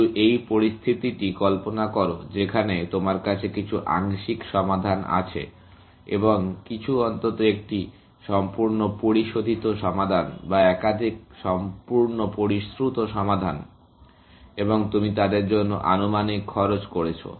শুধু এই পরিস্থিতিটি কল্পনা করো যেখানে তোমার কাছে কিছু আংশিক সমাধান আছে এবং কিছু অন্তত একটি সম্পূর্ণ পরিশোধিত সমাধান বা একাধিক সম্পূর্ণ পরিশ্রুত সমাধান এবং তুমি তাদের জন্য আনুমানিক খরচ করেছো